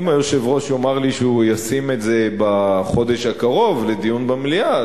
אם היושב-ראש יאמר לי שהוא ישים את זה בחודש הקרוב לדיון במליאה,